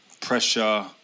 pressure